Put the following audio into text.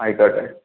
ആയിക്കോട്ടെ